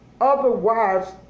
otherwise